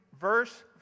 verse